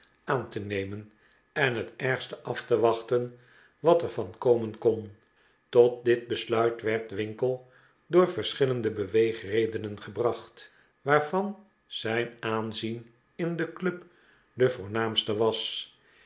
aan te nemen en het ergste af te wachten wat er van komen kon tot dit besluit werd winkle door verschillende beweegredenen gebracht waarvan zijn aanzien in de club de voornaamste was